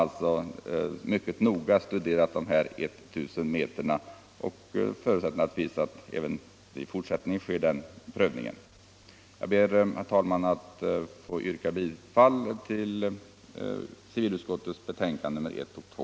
Jag yrkar bifall till civilutskottets hemställan i dess betänkanden 1 och 2.